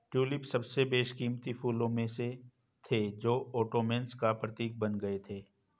tulip सबसे बेशकीमती फूलों में से थे जो ओटोमन्स का प्रतीक बन गए थे